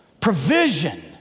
Provision